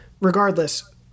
regardless